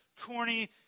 corny